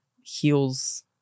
heals